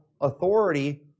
authority